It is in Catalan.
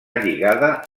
lligada